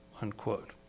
unquote